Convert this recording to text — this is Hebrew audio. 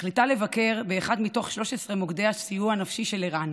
אני מחליטה לבקר באחד מתוך 13 מוקדי הסיוע הנפשי של ער"ן,